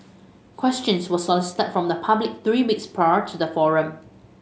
questions were solicited from the public three weeks prior to the forum